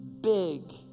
big